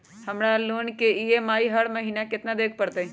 हमरा लोन के ई.एम.आई हर महिना केतना देबे के परतई?